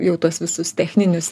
jau tuos visus techninius